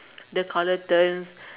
the colour turns